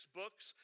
books